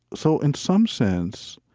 so in some sense,